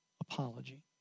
apology